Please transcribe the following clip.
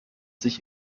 sich